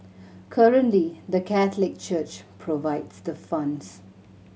currently the Catholic Church provides the funds